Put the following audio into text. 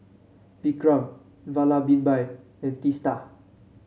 Vikram Vallabhbhai and Teesta